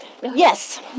yes